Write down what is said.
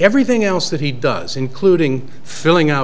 everything else that he does including filling out